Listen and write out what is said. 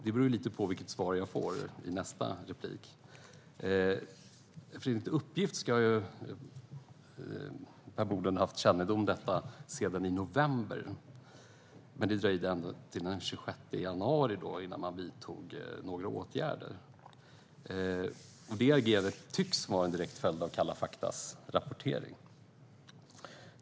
Det beror lite på vilket svar jag får i nästa inlägg. Enligt uppgift ska Per Bolund ha haft kännedom om detta sedan i november. Men det dröjde ända till den 26 januari innan man vidtog några åtgärder. Det agerandet tycks vara en direkt följd av Kalla faktas rapportering.